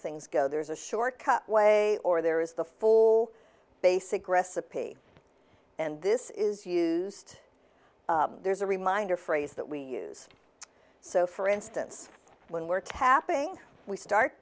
things go there's a short cut way or there is the full basic recipe and this is used there's a reminder phrase that we use so for instance when we're tapping we start